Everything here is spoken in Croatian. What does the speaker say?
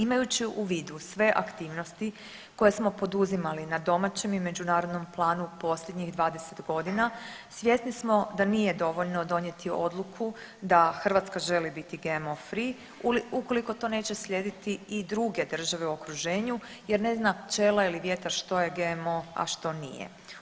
Imajući u vidu sve aktivnosti koje smo poduzimali na domaćem i međunarodnom planu u posljednjih 20.g. svjesni smo da nije dovoljno donijeti odluku da Hrvatska želi biti GMO free ukoliko to neće slijediti i druge države u okruženju jer ne zna pčela ili vjetar što je GMO, a što nije.